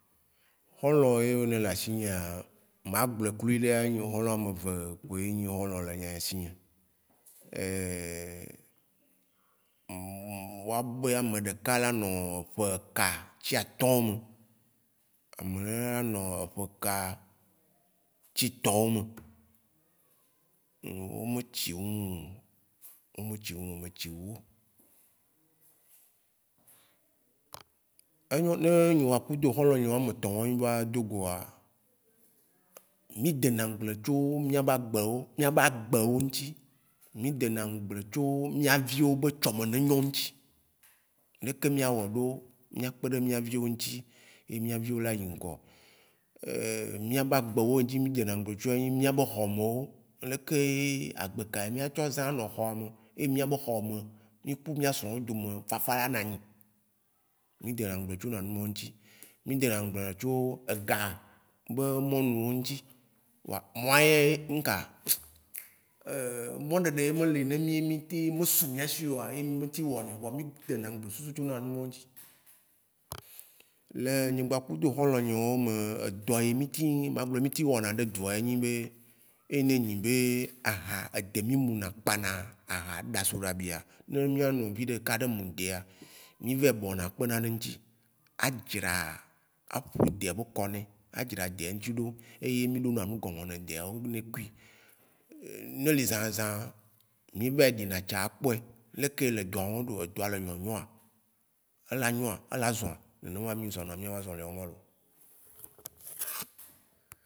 Hɔ̃lɔ̃ yeo ne le ashi nyea ma gblɔe kuɖeɖea nye hɔ̃lɔ̃ a me ve kpoe le ashi nye. Wa gbe ya ame ɖeka la nɔ ƒe ka tsi atɔ̃ wo me, ameɖe la nɔ eƒe ka tsi tɔ wo me. O me tsi wu mí, o me tsi wu mí, me tsi wu wo. Enyo ne nye ma kuto hɔ̃lɔ̃ nye ame tɔ mí va dogoa, mí de na agble tso mía be agbe wo ŋtsi, mí dena gble tso mía vi wo be tsɔ me ne nyɔ̃ wo ŋtsi. Leke mía wɔɖo, mía kpeɖe mía viwo ŋtsi e mía viwo la yi ŋkɔ. Mía be agbe wo ŋtsi mí dena gbe tso mía be hɔme wo leke agbe ka mía tsɔ zã nɔ hɔa me. Ye mía be hɔme mía ku mía srɔ̃ wo dome fafa la nanyi. Mi de nu gbe tso na numɔ wo ŋtsi. Mí de na nu gble tso ega be mɔnu wo ŋtsi. Wa- mɔa ye ŋka mɔ ɖeɖe e me le ne mí mí te mu su mía shioa ye mí me tsi wɔnɛ. Vɔa mí de na mbusu tso na nu woa ŋtsi. Le nye gba kudo hɔ̃lɔ̃ wo nye wo me edɔyi mí ti mí nyi ma gble be mí ti wɔna ŋɖe edɔ enyi be ene nyi be ede mí muna kpana aha ɖa soɖabi, ne mía nu viɖe kaɖome ɖea mí vɛ bɔ kpena nɛ ŋtsi. A dze ɖa ha a ƒo kukɔnɛ, a dziɖa dɛŋtsi ɖeo. Eye mí ɖo ehũ gɔme nɛ de wo ne kui. Ne li zãzã, mí vɛ dze na tsa kpɔe. Leke le dzɔ̃ wo le dzi ya me le no nya? Ela nyoa, ela zɔ̃a? Nene wã mí zɔ̃ na mía me azɔ̃li wa ma lo.